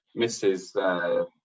Mrs